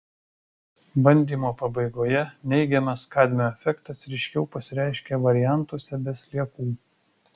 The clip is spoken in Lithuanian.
bandymo pabaigoje neigiamas kadmio efektas ryškiau pasireiškė variantuose be sliekų